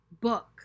book